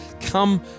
come